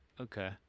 okay